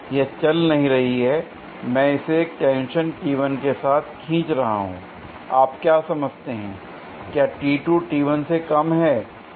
यह चल नहीं रही है l मैं इसे एक टेंशन के साथ खींच रहा हूं l आप क्या समझते हैं क्या से कम है